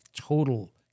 total